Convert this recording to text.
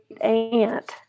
aunt